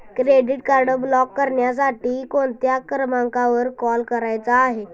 Credit card block करण्यासाठी कोणत्या क्रमांकावर कॉल करायचा आहे?